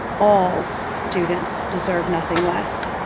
all students deserve nothing less.